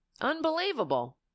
Unbelievable